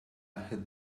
had